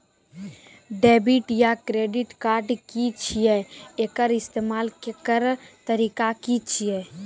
Debit या credit card की छियै? एकर इस्तेमाल करैक तरीका की छियै?